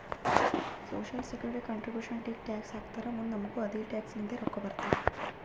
social security contribution tax ಈಗ tax ಹಾಕ್ತಾರ್ ಮುಂದ್ ನಮುಗು ಅದೆ ಟ್ಯಾಕ್ಸ್ ಲಿಂತ ರೊಕ್ಕಾ ಬರ್ತಾವ್